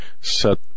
set